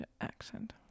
accent